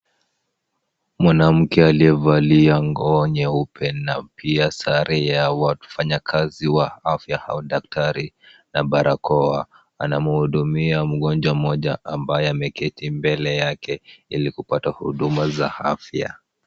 Mwanamke aliyevalia nguo nyeupe na pia sare ya wafanyakazi wa afya au daktari na barakoa, anamhudumia mgonjwa mmoja ambaye ameketi mbele yake, ili kupata huduma za afya.